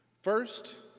first,